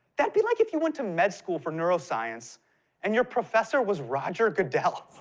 that'd be like if you went to med school for neuroscience and your professor was roger goodell.